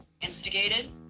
instigated